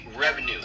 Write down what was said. revenue